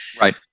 Right